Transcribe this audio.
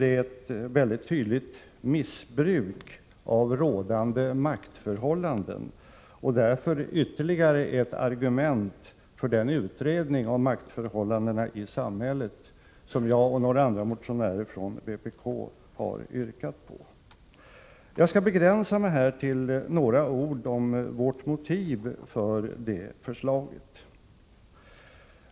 Det är ett mycket tydligt missbruk av rådande maktförhållanden och därför ytterligare ett argument för den utredning om maktförhållandena i samhället som jag och några andra motionärer från vpk har yrkat på. Jag skall begränsa mig till att med några ord redogöra för vårt motiv för det förslaget.